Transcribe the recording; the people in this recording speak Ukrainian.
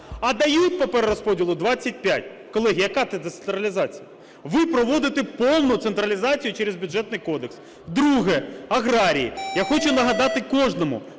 а дають по перерозподілу 25. Колеги, яка це децентралізація? Ви проводите повну централізацію через Бюджетний кодекс. Друге – аграрії. Я хочу нагадати кожному,